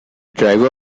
driver